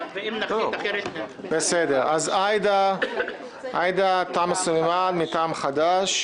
הוועדה יכולה להחליט על ההרכב הסיעתי,